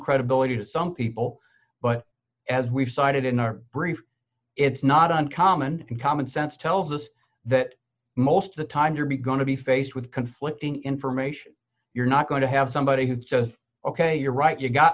credibility to some people but as we've cited in our brief it's not uncommon and common sense tells us that most of the time to be going to be faced with conflicting information you're not going to have somebody who says ok you're right you got